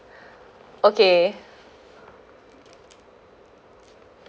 okay